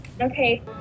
Okay